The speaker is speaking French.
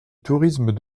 tourisme